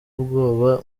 ubwoba